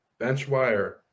Benchwire